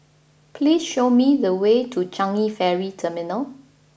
please show me the way to Changi Ferry Terminal